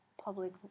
public